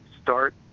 start